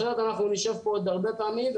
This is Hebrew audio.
אחרת אנחנו נשב פה עוד הרבה פעמים.